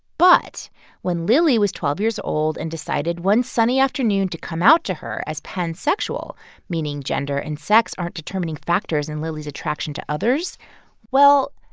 but when lily was twelve years old and decided one sunny afternoon to come out to her as pansexual meaning gender and sex aren't determining factors in lily's attraction to others well,